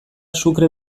sucre